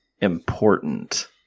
important